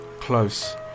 Close